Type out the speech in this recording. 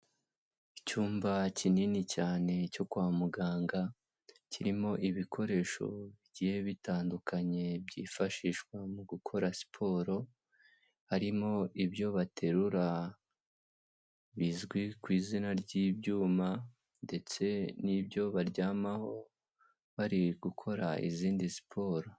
Icyumba kinini cyane cyo kwa muganga kirimo ibikoresho bigiye bitandukanye byifashishwa mu gukora siporo, harimo ibyo baterura bizwi ku izina ry'ibyuma ndetse n'ibyo baryamaho bari gukora izindi siporo.